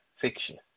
fiction